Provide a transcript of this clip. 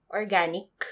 organic